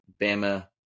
Bama